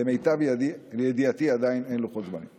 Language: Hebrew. למיטב ידיעתי, עדיין אין לוחות זמנים.